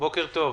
בוקר טוב.